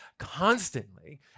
constantly